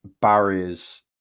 barriers